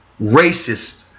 racist